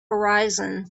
horizon